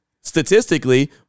statistically